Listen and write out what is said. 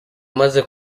maze